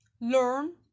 learn